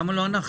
למה לא אנחנו?